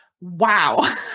Wow